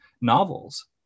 novels